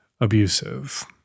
abusive